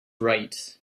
right